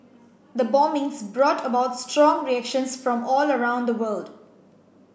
the bombings brought about strong reactions from all around the world